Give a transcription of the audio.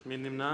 נפלה.